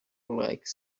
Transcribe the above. like